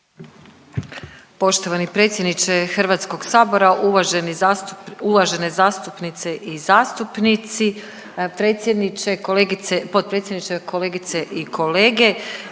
Poštovani predsjedniče Hrvatskog sabora, uvažene zastupnice i zastupnici, predsjedniče, kolegice,